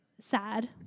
sad